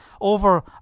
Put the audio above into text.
over